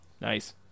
nice